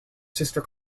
sister